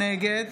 נגד